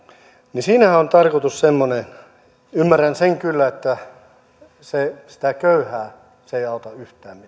niin siinähän on tarkoitus semmoinen ymmärrän sen kyllä että sitä köyhää se ei auta yhtään